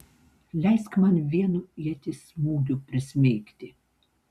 leisk man vienu ieties smūgiu prismeigti